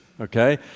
okay